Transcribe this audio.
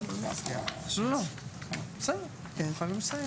אנחנו חייבים לסיים.